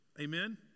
Amen